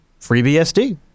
FreeBSD